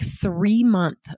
three-month